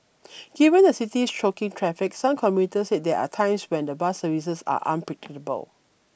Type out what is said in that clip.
given the city's choking traffic some commuters said there are times when the bus services are unpredictable